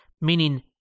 meaning